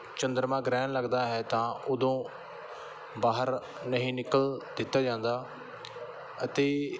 ਚੰਦਰਮਾ ਗ੍ਰਹਿਣ ਲੱਗਦਾ ਹੈ ਤਾਂ ਉਦੋਂ ਬਾਹਰ ਨਹੀਂ ਨਿਕਲ ਦਿੱਤਾ ਜਾਂਦਾ ਅਤੇ